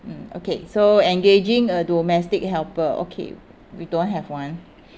mm okay so engaging a domestic helper okay we don't have one